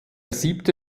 siebte